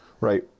Right